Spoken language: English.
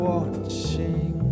Watching